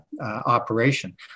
operation